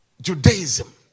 Judaism